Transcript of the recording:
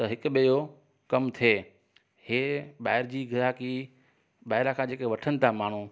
हिकु ॿिए जो कमु थिए हे ॿाहिरि जी ग्राहकी ॿाहिरां खां जेकी वठनि ता माण्हू